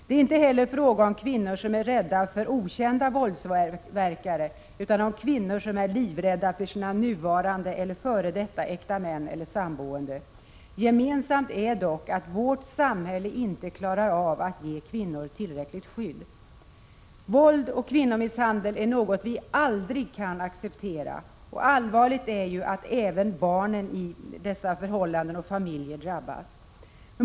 Det är inte heller fråga om kvinnor som är rädda för okända våldsverkare utan om kvinnor som är rädda för sina nuvarande eller f.d. äkta män eller samboende. Gemensamt är dock att vårt samhälle inte klarar av att ge kvinnor tillräckligt skydd. Våld och kvinnomisshandel är något vi aldrig kan acceptera. Allvarligt är att även barnen i dessa förhållanden drabbas.